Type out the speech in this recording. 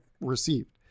received